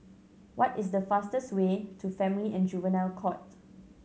what is the fastest way to Family and Juvenile Court